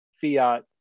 fiat